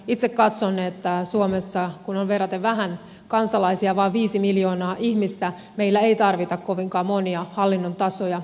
itse katson että suomessa kun on verraten vähän kansalaisia vain viisi miljoonaa ihmistä meillä ei tarvita kovinkaan monia hallinnon tasoja